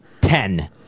ten